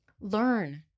Learn